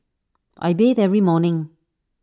I bathe every morning